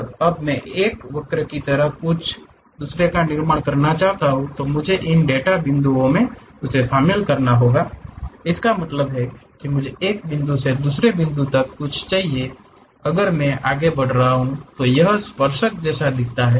और अब मैं एक वक्र की तरह कुछ का निर्माण करना चाहता हूं मुझे इन डेटा बिंदुओं को शामिल करना होंगा इसका मतलब है मुझे एक बिंदु से दूसरे बिंदु तक कुछ चाहिए अगर मैं आगे आगे बढ़ रहा हूं तो यह स्पर्शक जैसा दिखता है